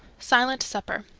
silent supper.